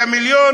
את המיליון?